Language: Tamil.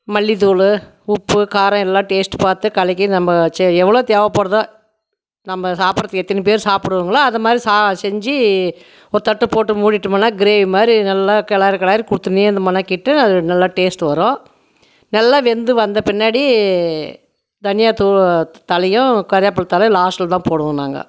மல்லித்தூள் உப்பு காரம் எல்லாம் டேஸ்ட் பார்த்து கலக்கி நம்ம வச்சா எவ்வளோ தேவைப்படுதோ நம்ம சாப்பிடுறதுக்கு எத்தனை பேர் சாப்பிடுவாங்களோ அதுமாதிரி செஞ்சு ஒரு தட்டு போட்டு மூடிட்டோம்னா கிரேவி மாதிரி நல்லா கிளரி கிளரி கொடுத்துட்டேருந்தோமுனா மெனக்கிட்டு நல்ல டேஸ்ட் வரும் நல்லா வெந்து வந்த பின்னாடி தனியாத்தூள் தழையும் கருவப்பில தழையும் லாஸ்ட்டில்தான் போடுவோம் நாங்கள்